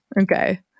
Okay